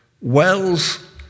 wells